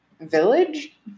village